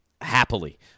happily